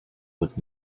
would